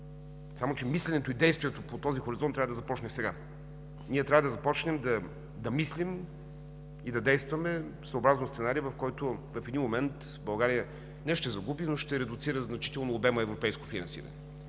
само че мисленето и действието по този хоризонт трябва да започне сега. Трябва да започнем да мислим и да действаме съобразно сценария, в който в един момент България не ще загуби, но ще редуцира значително обема „европейско финансиране”.